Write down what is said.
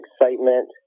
excitement